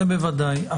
זה בוודאי.